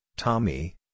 Tommy